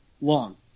long